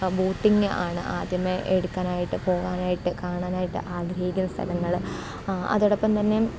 ബോട്ടിങ്ങാണ് ആദ്യമേ എടുക്കാനായിട്ട് പോവാനായിട്ട് കാണാനായിട്ട് ആഗ്രഹിക്കുന്ന സ്ഥലങ്ങൾ അതോടൊപ്പം തന്നെ